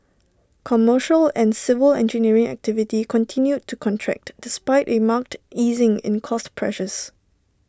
commercial and civil engineering activity continued to contract despite A marked easing in cost pressures